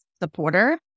supporter